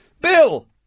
Bill